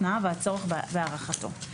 תנאיו והצורך בהארכתו".